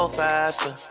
faster